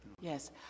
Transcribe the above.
Yes